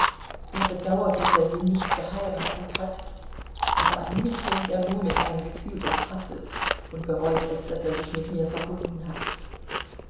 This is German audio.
er bedauert daß er sie nicht geheiratet hat aber an mich denkt er nur mit einem gefühl des hasses und bereut es daß er sich mit mir verbunden hat